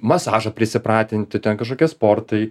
masažą prisipratinti ten kažkokie sportai